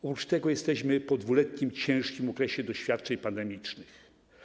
Oprócz tego jesteśmy po 2-letnim ciężkim okresie doświadczeń pandemicznych.